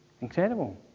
Incredible